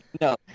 No